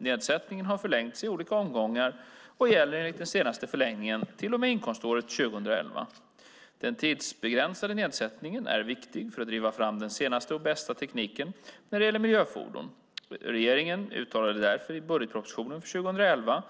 Nedsättningen har förlängts i olika omgångar och gäller enligt den senaste förlängningen till och med inkomståret 2011. Den tidsbegränsade nedsättningen är viktig för att driva fram den senaste och bästa tekniken när det gäller miljöfordon. Regeringen uttalade därför i budgetpropositionen för 2011